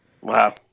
Wow